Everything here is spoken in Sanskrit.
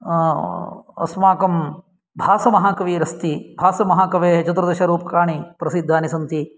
अस्माकं भासमहाकविरस्ति भासमहाकवेः चतुर्दशरूपकाणि प्रसिद्धानि सन्ति